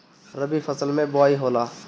रबी फसल मे बोआई होला?